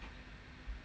mm mm